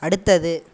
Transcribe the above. அடுத்தது